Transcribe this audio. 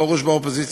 פרוש באופוזיציה,